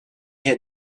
had